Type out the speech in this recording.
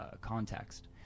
context